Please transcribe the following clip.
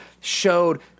showed